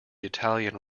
italian